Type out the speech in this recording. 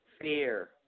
fear